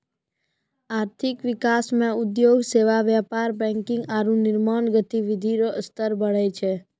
आर्थिक विकास मे उद्योग सेवा व्यापार बैंकिंग आरू निर्माण गतिविधि रो स्तर बढ़ै छै